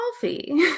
coffee